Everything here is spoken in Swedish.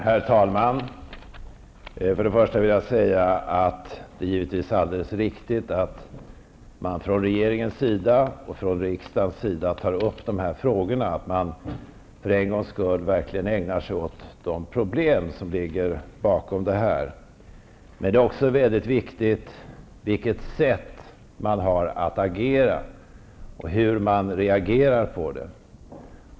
Herr talman! Först och främst vill jag säga att det givetvis är alldeles riktigt att man från regeringens och från riksdagens sida tar upp de här frågorna och att man för en gångs skull verkligen ägnar sig åt de problem som ligger bakom dem. Men det är också viktigt hur man agerar och hur man reagerar.